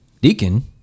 Deacon